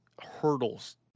hurdles